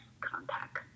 contact